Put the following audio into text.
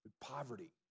poverty